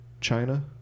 China